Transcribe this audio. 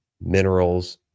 minerals